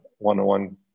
one-on-one